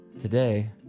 Today